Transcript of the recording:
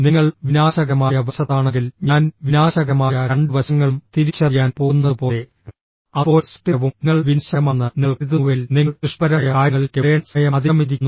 നിങ്ങൾ വിനാശകരമായ വശത്താണെങ്കിൽ ഞാൻ വിനാശകരമായ രണ്ട് വശങ്ങളും തിരിച്ചറിയാൻ പോകുന്നതുപോലെ അതുപോലെ സൃഷ്ടിപരവും നിങ്ങൾ വിനാശകരമാണെന്ന് നിങ്ങൾ കരുതുന്നുവെങ്കിൽ നിങ്ങൾ സൃഷ്ടിപരമായ കാര്യങ്ങളിലേക്ക് വരേണ്ട സമയം അതിക്രമിച്ചിരിക്കുന്നു